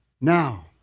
Now